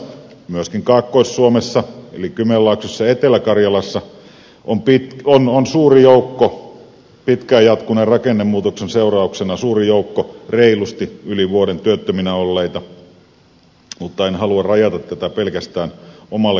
meillä suomessa myöskin kaakkois suomessa eli kymenlaaksossa ja etelä karjalassa on pitkään jatkuneen rakennemuutoksen seurauksena suuri joukko reilusti yli vuoden työttöminä olleita mutta en halua rajata tätä pelkästään omalle kulmakunnalleni